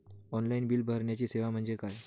Online bill भरण्याची सेवा म्हणजे काय?